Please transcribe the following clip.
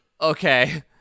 Okay